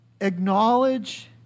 acknowledge